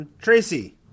Tracy